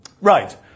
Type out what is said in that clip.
Right